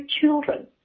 children